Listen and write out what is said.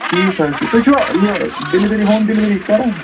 ٹھیٖک حظ چھُ تُہۍ چھُوا یہِ ڈیٚلؤری ہوم ڈِلؤری کران